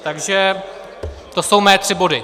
Takže to jsou mé tři body.